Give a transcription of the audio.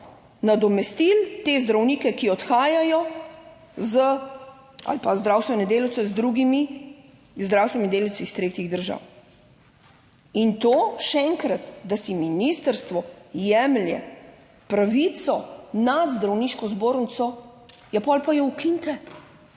nadomestili te zdravnike, ki odhajajo z ali pa zdravstvene delavce z drugimi zdravstvenimi delavci iz tretjih držav. In to še enkrat, da si ministrstvo jemlje pravico nad Zdravniško zbornico. Ja, potem jo pa ukinite.